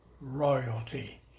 royalty